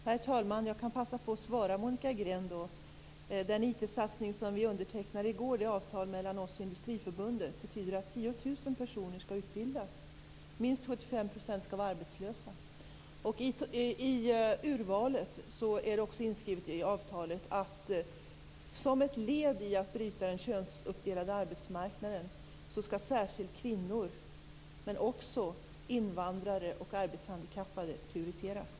Herr talman! Jag kan passa på att svara Monica Green. Den IT-satsning som vi undertecknade i går, dvs. avtalet mellan oss och Industriförbundet, betyder att 10 000 personer skall utbildas. Minst 75 % skall vara arbetslösa. Det är inskrivet i avtalet att särskilt kvinnor - men också invandrare och arbetshandikappade - skall prioriteras, detta som ett led i att bryta den könsuppdelade arbetsmarknaden.